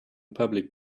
public